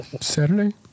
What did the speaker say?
Saturday